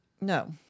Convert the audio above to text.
No